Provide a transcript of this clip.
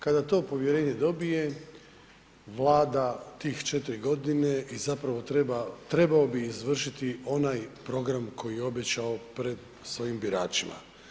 Kada to povjerenje dobije, Vlada tih 4.g. i zapravo treba, trebao bi izvršiti onaj program koji je obećao pred svojim biračima.